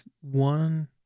One